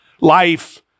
life